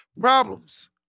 problems